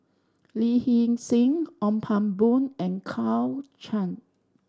Lee Hee Seng Ong Pang Boon and Claire Chiang